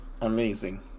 amazing